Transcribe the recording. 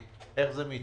זה